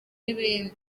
n’ibindi